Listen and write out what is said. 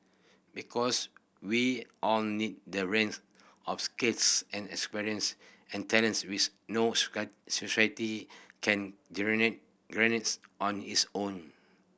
because we all need that range of skills and experience and talents which no society can generate generate on its own